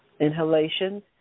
inhalations